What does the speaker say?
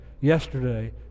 yesterday